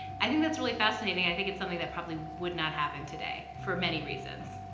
i think that's really fascinating. i think it's something that probably would not happen today for many reasons.